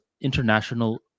international